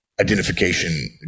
identification